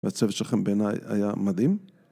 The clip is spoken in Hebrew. והצוות שלכם בעיניי היה מדהים